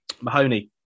Mahoney